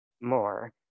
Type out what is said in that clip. more